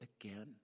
again